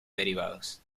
derivados